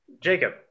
Jacob